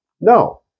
No